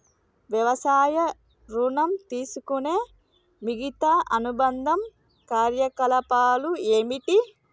వ్యవసాయ ఋణం తీసుకునే మిగితా అనుబంధ కార్యకలాపాలు ఏమిటి?